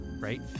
Right